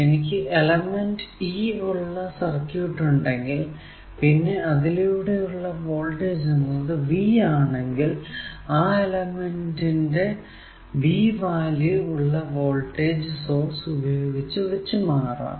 എനിക്ക് element E ഉള്ള circuit ഉണ്ടെങ്കിൽ പിന്നെ അതിലൂടെ ഉള്ള വോൾടേജ് എന്നത് V ആണെങ്കിൽ ആ എലെമെന്റിനെ V വാല്യൂ ഉള്ള വോൾടേജ് സോഴ്സ് ഉപയോഗിച്ച് വച്ച് മാറാം